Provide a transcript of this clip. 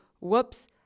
whoops